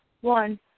One